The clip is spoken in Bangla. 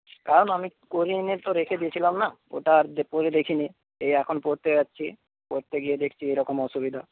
কারণ আমি করিয়ে এনে তো রেখে দিয়েছিলাম না ওটা আর পরে দেখিনি এই এখন পরতে যাচ্ছি পরতে গিয়ে দেখছি এইরকম অসুবিধা